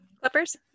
clippers